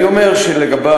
אני אומר שלגבי,